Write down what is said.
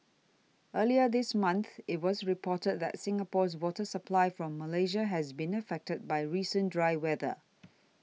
earlier this month it was reported that Singapore's water supply from Malaysia has been affected by recent dry weather